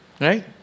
right